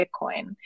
Bitcoin